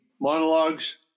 monologues